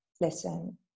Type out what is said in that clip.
listen